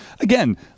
again